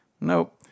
nope